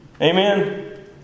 Amen